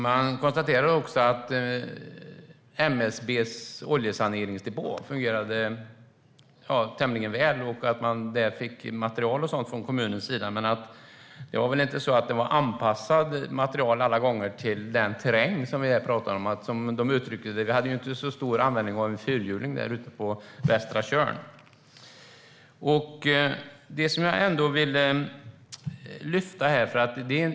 Man konstaterade också att MSB:s oljesaneringsdepå fungerade tämligen väl och att man fick material från kommunen. Men det var inte alltid som materialet var anpassat till den terräng som vi här pratar om. De hade ju inte så stor användning av en fyrhjuling ute på västra Tjörn, som det uttrycktes.